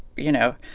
you know,